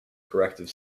corrective